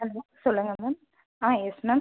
hello சொல்லுங்கள் ma'am ah yes ma'am